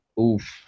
Oof